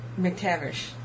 McTavish